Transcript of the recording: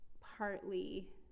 partly